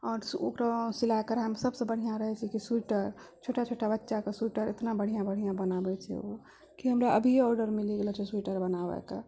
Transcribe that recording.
आओर ओकरो सिलाइ कढ़ाइमे सबसँ बढ़िआँ रहै छै कि स्वेटर छोटा छोटा बच्चाके स्वेटर एतना बढ़िआँ बढ़िआँ बनाबै छै ओ कि हमरा अभिये आर्डर मिली गेलो छै स्वेटर बनाबै के